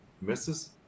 misses